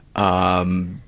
um,